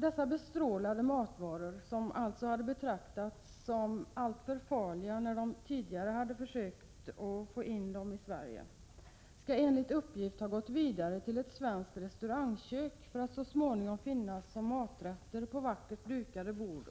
Dessa bestrålade matvaror, som alltså hade betraktats som alltför farliga när man tidigare hade försökt få in dem i Sverige, skall enligt uppgift ha gått vidare till ett svenskt restaurangkök för att så småningom ingå i maträtter på vackert dukade bord.